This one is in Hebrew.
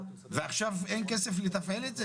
ועכשיו אין כסף לתפעל את זה?